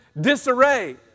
disarray